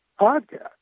podcast